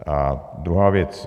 A druhá věc.